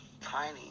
tiny